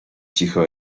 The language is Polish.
cicho